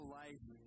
life